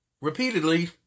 repeatedly